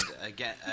again